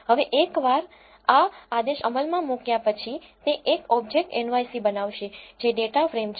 હવે એકવાર આ આદેશ અમલમાં મૂક્યા પછી તે એક ઓબ્જેક્ટ nyc બનાવશે જે ડેટા ફ્રેમ છે